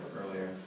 earlier